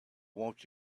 want